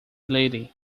lady